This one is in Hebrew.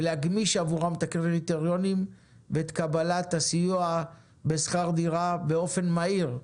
ולהגמיש עבורם את הקריטריונים ואת קבלת הסיוע בשכר דירה באופן מהיר,